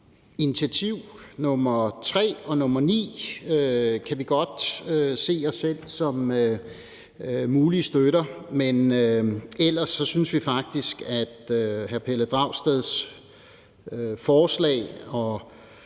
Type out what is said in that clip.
Initiativ nr. 3 og nr. 9 kan vi godt se os selv som mulige støtter af, men ellers synes vi faktisk, at hr. Pelle Dragsteds forslag og